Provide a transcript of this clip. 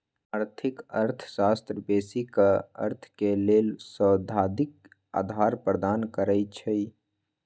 आर्थिक अर्थशास्त्र बेशी क अर्थ के लेल सैद्धांतिक अधार प्रदान करई छै